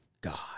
God